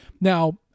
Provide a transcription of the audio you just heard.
Now